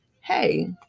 Hey